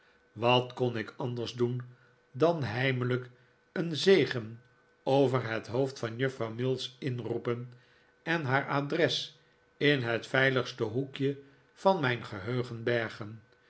wat kon ik anders doen dan heimelijk een zegen over het hoofd van juffrouw mills inroepen en haar adres in het veiligste hoekje van mijn geheugen bergen